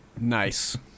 Nice